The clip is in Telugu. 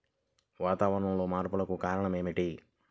వాతావరణంలో మార్పులకు కారణాలు ఏమిటి?